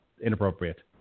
Inappropriate